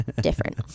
Different